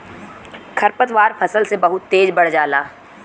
खरपतवार फसल से बहुत तेज बढ़ जाला